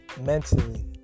mentally